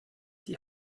die